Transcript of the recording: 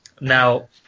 Now